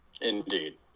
Indeed